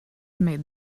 made